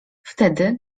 wtedy